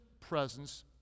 presence